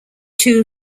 two